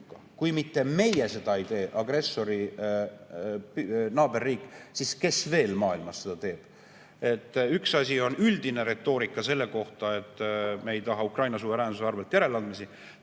Kui mitte meie seda ei tee, agressori naaberriik, siis kes veel maailmas seda teeb? Üks asi on üldine retoorika, et me ei taha Ukraina suveräänsuse arvel järeleandmisi,